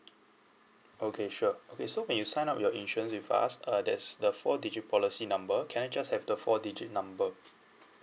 okay sure okay so when you signed up your insurance with us uh there's the four digit policy number can I just have the four digit number